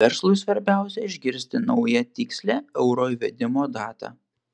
verslui svarbiausia išgirsti naują tikslią euro įvedimo datą